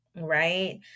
right